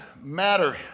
matter